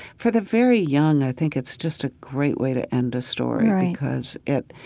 for the very young i think it's just a great way to end a story right because it,